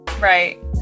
right